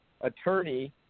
attorney